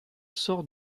sort